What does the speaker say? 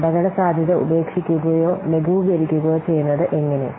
അപകടസാധ്യത ഉപേക്ഷിക്കുകയോ ലഘൂകരിക്കുകയോ ചെയ്യുന്നത് എങ്ങനെ